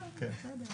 גם, בסדר.